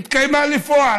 התקיימה בפועל.